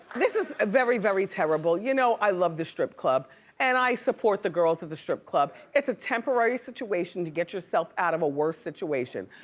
this is very, very terrible. you know i love the strip club and i support the girls of the strip club. it's a temporary situation to get yourself out of a worse situation.